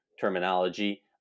terminology